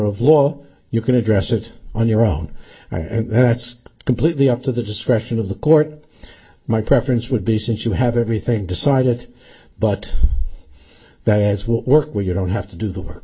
of law you can address it on your own that's completely up to the discretion of the court my preference would be since you have everything decided but that is what work where you don't have to do the work